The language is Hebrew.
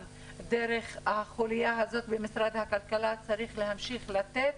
דרך החוליה הזאת במשרד הכלכלה צריך להמשיך להינתן.